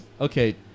Okay